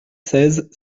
seize